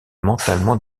mentalement